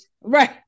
Right